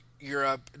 Europe